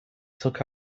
took